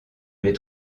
les